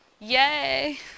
yay